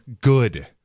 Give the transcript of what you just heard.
Good